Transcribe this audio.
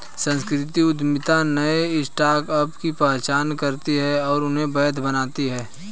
सांस्कृतिक उद्यमिता नए स्टार्टअप की पहचान करती है और उन्हें वैध बनाती है